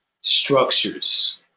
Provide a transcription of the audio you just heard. structures